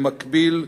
במקביל,